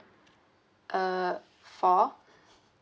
uh four